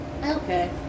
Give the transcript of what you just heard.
Okay